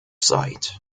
site